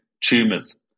tumors